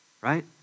right